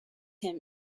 him